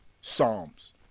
Psalms